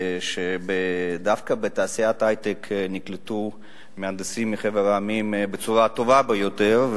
שדווקא בתעשיית ההיי-טק נקלטו מהנדסים מחבר העמים בצורה הטובה ביותר,